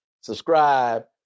subscribe